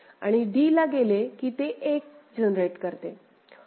आणि d ला गेले की ते १ जनरेट करते